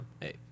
Hey